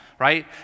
right